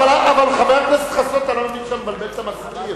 אבל אפשר לתבל את ההצבעה.